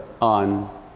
on